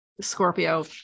Scorpio